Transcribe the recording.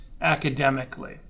academically